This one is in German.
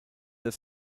der